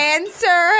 Answer